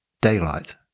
Daylight